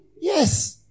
Yes